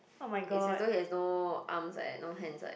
is as though he has no arms like that no hands like that